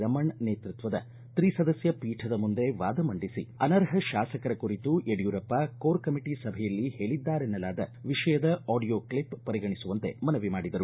ರಮಣ ನೇತೃತ್ವದ ತ್ರಿಸದಸ್ಯ ಪೀಠದ ಮುಂದೆ ವಾದ ಮಂಡಿಸಿ ಅನರ್ಹ ಶಾಸಕರ ಕುರಿತು ಯಡಿಯೂರಪ್ಪ ಕೋರ್ ಕಮಿಟ ಸಭೆಯಲ್ಲಿ ಹೇಳಿದ್ದರೆನ್ನಲಾದ ವಿಷಯದ ಆಡಿಯೋ ಕ್ಷಷ್ ಪರಿಗಣಿಸುವಂತೆ ಮನವಿ ಮಾಡಿದರು